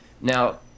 now